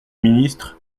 ministre